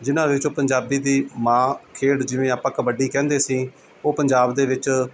ਜਿਨ੍ਹਾਂ ਵਿੱਚੋਂ ਪੰਜਾਬੀ ਦੀ ਮਾਂ ਖੇਡ ਜਿਵੇਂ ਆਪਾਂ ਕਬੱਡੀ ਕਹਿੰਦੇ ਸੀ ਉਹ ਪੰਜਾਬ ਦੇ ਵਿੱਚ